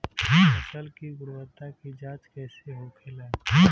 फसल की गुणवत्ता की जांच कैसे होखेला?